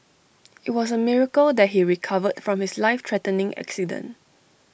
IT was A miracle that he recovered from his life threatening accident